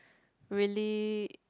really